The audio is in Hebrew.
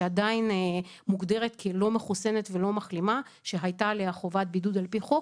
שעדיין מוגדרת כלא מוחסנת ולא מחלימה שהייתה עליה חובת בידוד על פי חוק,